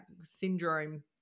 syndrome